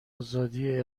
ازادی